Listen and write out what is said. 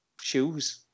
shoes